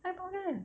mana aku makan